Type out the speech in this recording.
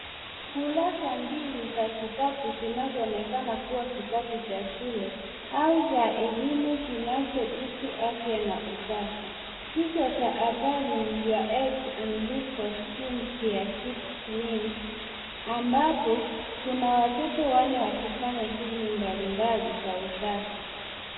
Kurasa mbili za kitabu zinazoonekana kuwa kitabu cha shule au cha elimu kinachohusu afya na usafi. Kichwa cha habari ni your health and rule for skincare, keep clean ambapo kuna watoto wanne wakifanya shughuli mbalimbali za usafi.